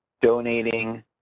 donating